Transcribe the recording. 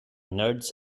nerds